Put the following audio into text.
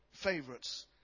favorites